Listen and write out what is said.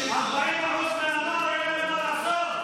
ל-40% מהנוער אין מה לעשות.